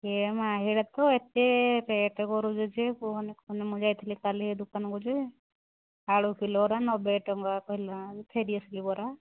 ସିଏ ଏତେ ରେଟ୍ ବଢ଼ଉଛନ୍ତି ଯାଇଥିଲି କାଲି ଦୋକାନକୁ ଯେଆଳୁ କିଲୋ ଗୁରା ନବେ ଟଙ୍କା କହିଲା ଫେରି ଆସିଲି ପରା